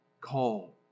call